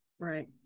Right